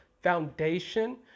foundation